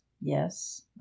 yes